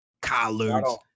Collards